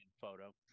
photo